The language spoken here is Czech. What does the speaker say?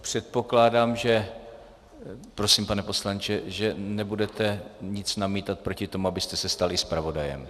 Předpokládám, pane poslanče, že nebudete nic namítat proti tomu, abyste se stal i zpravodajem.